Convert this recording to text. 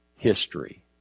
history